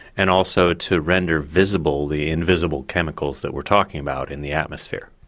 and also to render visible the invisible chemicals that we're talking about in the atmosphere.